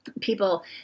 people